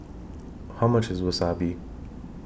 How much IS Wasabi